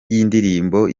y’indirimbo